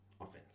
offense